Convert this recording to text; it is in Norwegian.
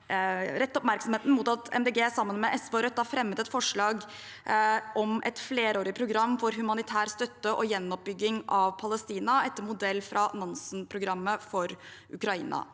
rette oppmerksomheten mot at Miljøpartiet De Grønne, sammen med SV og Rødt, har fremmet et forslag om et flerårig program for humanitær støtte og gjenoppbygging av Palestina, etter modell av Nansen-programmet for Ukraina.